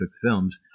films